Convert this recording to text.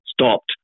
stopped